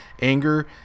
anger